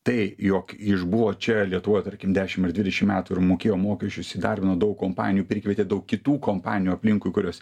tai jog išbuvo čia lietuvoj tarkim dešim ar dvidešim metų ir mokėjo mokesčius įdarbino daug kompanijų prikvietė daug kitų kompanijų aplinkui kurios